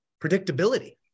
predictability